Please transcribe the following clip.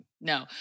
No